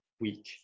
week